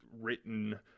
written